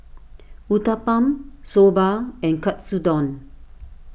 Uthapam Soba and Katsudon